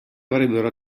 avrebbero